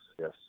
yes